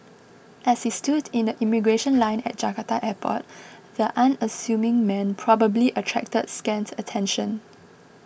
as he stood in the immigration line at Jakarta airport the unassuming man probably attracted scant attention